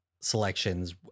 selections